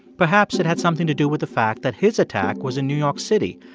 perhaps it had something to do with the fact that his attack was in new york city,